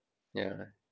yeah